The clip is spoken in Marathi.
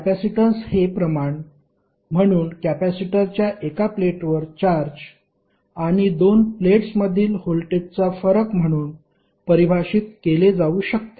कॅपेसिटन्स हे प्रमाण म्हणून कॅपेसिटरच्या एका प्लेटवर चार्ज आणि दोन प्लेट्समधील व्होल्टेजचा फरक म्हणून परिभाषित केले जाऊ शकते